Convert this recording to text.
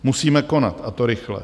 Musíme konat, a to rychle.